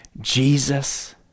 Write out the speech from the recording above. Jesus